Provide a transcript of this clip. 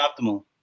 optimal